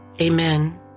Amen